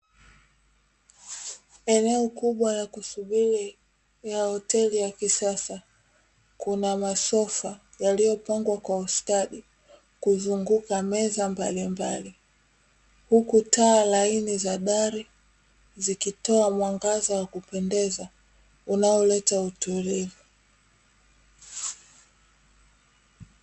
Eneo kubwa la kusubiri la hoteli ya kisasa. Kuna masofa yaliyopangwa kwa ustadi kuzunguka meza mbalimbali, huku taa laini za dari zikitoa mwangaza wa kupendeza unaoleta utulivu.